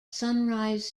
sunrise